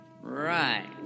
Right